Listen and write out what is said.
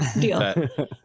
Deal